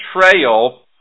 betrayal